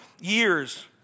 years